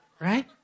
Right